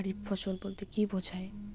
খারিফ ফসল বলতে কী বোঝায়?